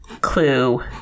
clue